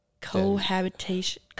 Cohabitation